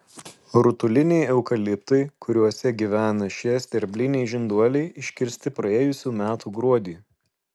rutuliniai eukaliptai kuriuose gyvena šie sterbliniai žinduoliai iškirsti praėjusių metų gruodį